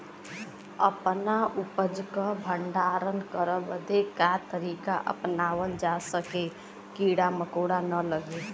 अपना उपज क भंडारन करे बदे का तरीका अपनावल जा जेसे कीड़ा मकोड़ा न लगें?